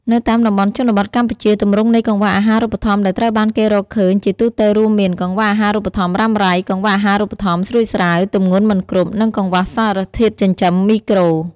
នៅតាមតំបន់ជនបទកម្ពុជា ទម្រង់នៃកង្វះអាហារូបត្ថម្ភដែលត្រូវបានគេរកឃើញជាទូទៅរួមមាន កង្វះអាហារូបត្ថម្ភរ៉ាំរ៉ៃ កង្វះអាហារូបត្ថម្ភស្រួចស្រាវ ទម្ងន់មិនគ្រប់ និងកង្វះសារធាតុចិញ្ចឹមមីក្រូ។